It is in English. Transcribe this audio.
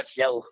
Show